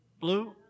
Blue